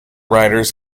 riders